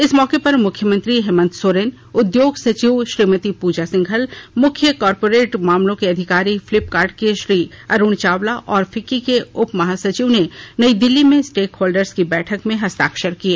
इस मौके पर मुख्यमंत्री हेमंत सोरेन उद्योग सचिव श्रीमती पूजा सिंघल मुख्य कारपोरेट मामलों के अधिकारी फ्लिपकार्ट के श्री अरुण चावला और फिक्की के उप महासचिव ने नई दिल्ली में स्टेकेहोल्डर की बैठक में हस्ताक्षर किए